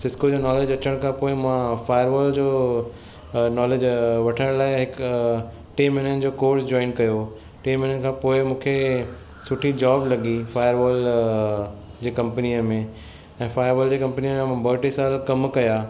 Cisco जो knowledge अचण खां पो मां फाइरवॉल जो नॉलेज वठण लाइ हिकु टी महिननि जो कोर्स जॉइन कयो टी महिननि खां पोइ मूंखे सुठी जॉब लॻी फाइरवॉल जी कंपनीअ में ऐं फाइरवॉल जी कंपनीअ में मां ॿ टे साल कमु कयो